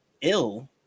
ill